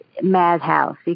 madhouse